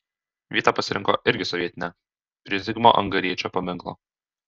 vietą pasirinko irgi sovietinę prie zigmo angariečio paminklo